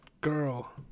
girl